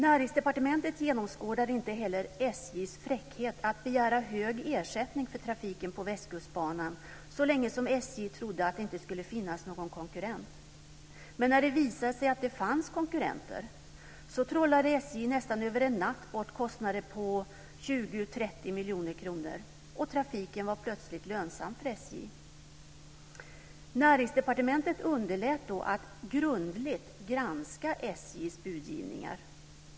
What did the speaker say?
Näringsdepartementet genomskådade inte heller Västkustbanan så länge som SJ trodde att det inte skulle finnas någon konkurrent. Men när det visade sig att det fanns konkurrenter så trollade SJ nästan över en natt bort kostnader på 20-30 miljoner kronor, och trafiken var plötsligt lönsam för SJ! Näringsdepartementet underlät då att grundligt granska SJ:s budgivningar.